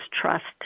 trust